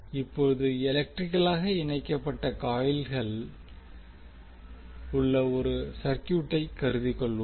இப்போது எலெக்ட்ரிகளாக இணைக்கப்பட்ட காயில்கள் உள்ள ஒரு சர்க்யூட்டை கருதிக்கொள்வோம்